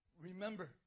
remember